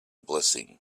blessing